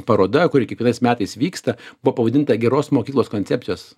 paroda kuri kiekvienais metais vyksta buvo pavadinta geros mokyklos koncepcijos